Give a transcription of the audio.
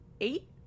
eight